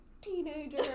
teenager